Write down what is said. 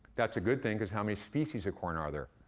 that's a good thing, because how many species of corn are there?